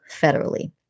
federally